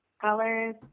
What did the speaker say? colors